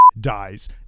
dies